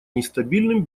нестабильным